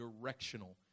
directional